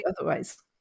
otherwise